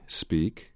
speak